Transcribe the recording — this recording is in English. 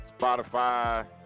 Spotify